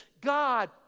God